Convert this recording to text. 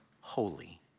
holy